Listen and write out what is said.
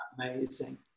amazing